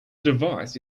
device